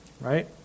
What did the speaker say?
Right